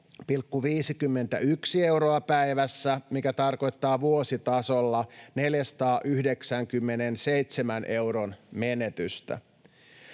12,51 euroa päivässä, mikä tarkoittaa vuositasolla 497 euron menetystä.